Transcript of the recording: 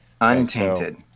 Untainted